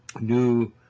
new